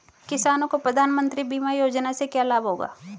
किसानों को प्रधानमंत्री बीमा योजना से क्या लाभ होगा?